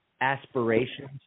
aspirations